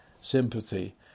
Sympathy